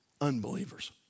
Unbelievers